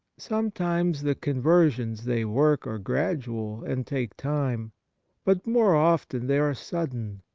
sometimes the conversions they work are gradual and take time but more often they are sudden,